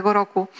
roku